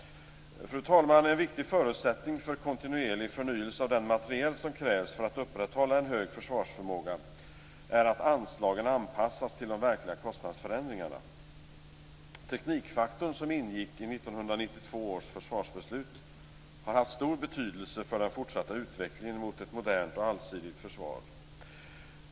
Fru talman! En viktig förutsättning för kontinuerlig förnyelse av den materiel som krävs för att upprätthålla en hög försvarsförmåga är att anslagen anpassas till de verkliga kostnadsförändringarna. Teknikfaktorn som ingick i 1992 års försvarsbeslut har haft stor betydelse för den fortsatta utvecklingen mot ett modernt och allsidigt försvar.